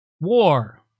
War